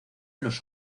los